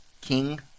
king